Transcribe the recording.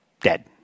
dead